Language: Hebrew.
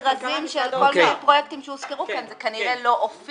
ובאף אחד מהמכרזים של כל מיני פרויקטים שהוזכרו כאן זה כנראה לא הופיע,